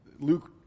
luke